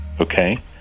Okay